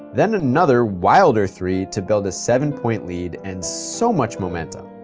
then another wilder three to build a seven-point lead and so much momentum.